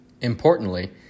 Importantly